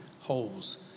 holes